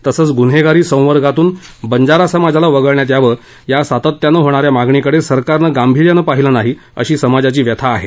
तसच गुन्हेगारी संवर्गातून बंजारा समाजाला वगळण्यात यावं या सातत्यानं होणाऱ्या मागणीकडे सरकारनं गांभीर्यानं पाहिलं नाही अशी समाजाची व्यथा आहे